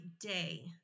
day